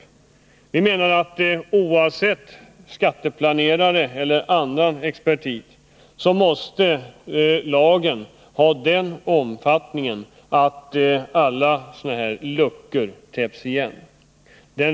Vi menar att lagen måste ha den omfattningen att alla sådana här luckor täpps till.